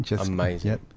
amazing